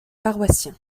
paroissiens